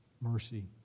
mercy